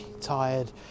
tired